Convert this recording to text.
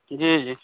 जी जी